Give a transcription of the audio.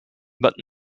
but